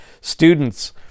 students